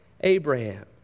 Abraham